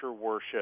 worship